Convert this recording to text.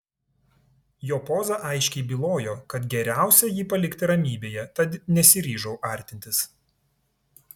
jo poza aiškiai bylojo kad geriausia jį palikti ramybėje tad nesiryžau artintis